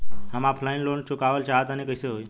हम offline loan चुकावल चाहऽ तनि कइसे होई?